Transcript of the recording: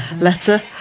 letter